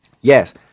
Yes